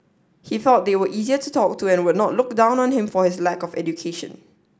he felt they were easier to talk to and would not look down on him for his lack of education